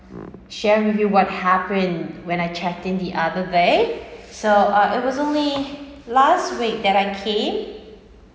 share with you what happened when I checked in the other day so uh it was only last week that I came